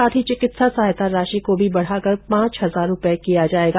साथ ही चिकित्सा सहायता राशि भी बढ़ाकर पांच हजार रूपये की जाएगी